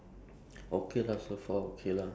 Poly not yet ah soon